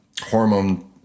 hormone